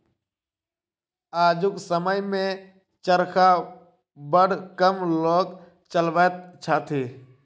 आजुक समय मे चरखा बड़ कम लोक चलबैत छथि